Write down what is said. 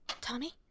Tommy